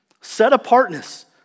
set-apartness